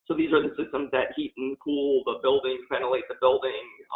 so these are the systems that heat and cool the building, ventilate the building,